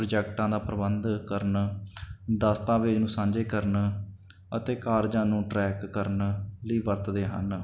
ਪ੍ਰੋਜੈਕਟਾਂ ਦਾ ਪ੍ਰਬੰਧ ਕਰਨ ਦਸਤਾਵੇਜ਼ ਨੂੰ ਸਾਂਝੇ ਕਰਨ ਅਤੇ ਕਾਰਜਾਂ ਨੂੰ ਟਰੈਕ ਕਰਨ ਲਈ ਵਰਤਦੇ ਹਨ